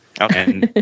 Okay